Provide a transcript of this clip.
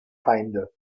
feinde